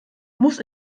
muss